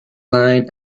line